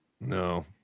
No